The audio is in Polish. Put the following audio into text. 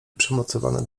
przymocowane